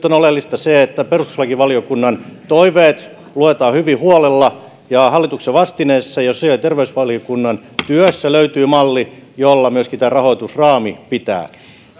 on oleellista se että perustuslakivaliokunnan toiveet luetaan hyvin huolella ja hallituksen vastineessa ja sosiaali ja terveysvaliokunnan työssä löytyy malli jolla myöskin tämä rahoitusraami pitää